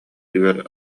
үөр